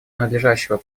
надлежащего